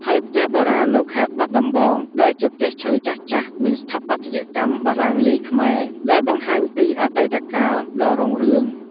ហើយផ្ទះបុរាណនៅបាត់ដំបង ដែលជាផ្ទះឈើចាស់ៗមានស្ថាបត្យកម្មបារាំងលាយខ្មែរ ដែលបង្ហាញពីអតីតកាលដ៏រុងរឿង។